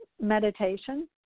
meditation